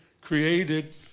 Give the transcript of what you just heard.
created